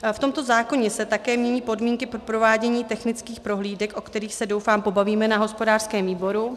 V tomto zákoně se také mění podmínky pro provádění technických prohlídek, o kterých se, doufám, pobavíme na hospodářském výboru.